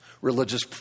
religious